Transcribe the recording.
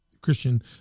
Christian